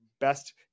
best